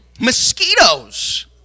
Mosquitoes